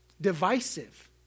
divisive